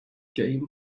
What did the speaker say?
game